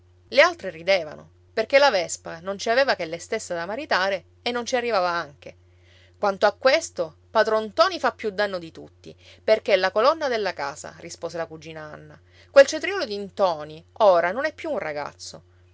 le altre ridevano perché la vespa non ci aveva che lei stessa da maritare e non ci arrivava anche quanto a questo padron ntoni fa più danno di tutti perché è la colonna della casa rispose la cugina anna quel cetriolo di ntoni ora non è più un ragazzo